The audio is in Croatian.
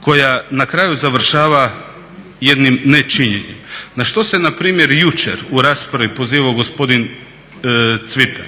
koja na kraju završava jednim nečinjenjem na što se na primjer jučer u raspravi pozivao gospodin Cvitan.